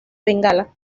bengala